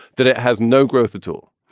that it has no growth at all.